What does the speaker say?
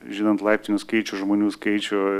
žinant laiptinių skaičių žmonių skaičių